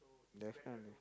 definitely